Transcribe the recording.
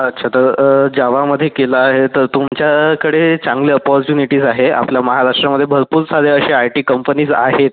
अच्छा तर जावामध्ये केलं आहे तर तुमच्याकडे चांगले अपॉर्च्युनिटीज आहे आपल्या महाराष्ट्रामध्ये भरपूर सारे असे आय टी कंपनीज आहेत